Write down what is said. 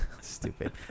Stupid